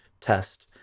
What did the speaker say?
test